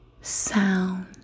sound